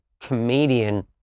comedian